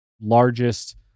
largest